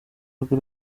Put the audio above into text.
rwe